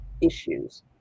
issues